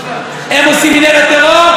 הם עושים מנהרת טרור?